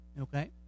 okay